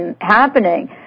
happening